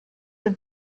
have